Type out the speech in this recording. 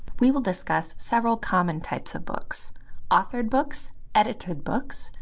we will discuss several common types of books authored books, edited books,